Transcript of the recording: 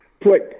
put